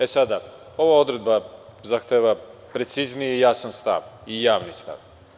E sada, ova odredba zahteva precizniji i jasan stav i javni stav.